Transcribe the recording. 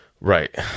right